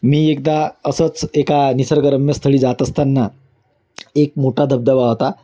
मी एकदा असंच एका निसर्गरम्य स्थळी जात असताना एक मोठा धबधबा होता